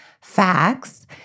facts